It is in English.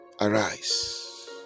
arise